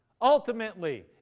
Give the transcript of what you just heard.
ultimately